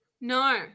No